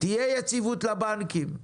תהיה יציבות לבנקים.